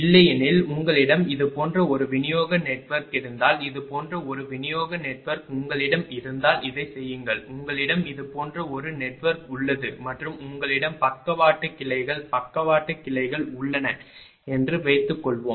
இல்லையெனில் உங்களிடம் இது போன்ற ஒரு விநியோக நெட்வொர்க் இருந்தால் இது போன்ற ஒரு விநியோக நெட்வொர்க் உங்களிடம் இருந்தால் இதைச் சொல்லுங்கள் உங்களிடம் இது போன்ற ஒரு நெட்வொர்க் உள்ளது மற்றும் உங்களிடம் பக்கவாட்டு கிளைகள் பக்கவாட்டு கிளைகள் உள்ளன என்று வைத்துக்கொள்வோம்